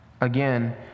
Again